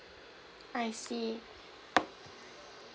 I see